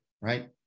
right